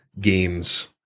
games